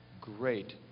great